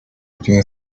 between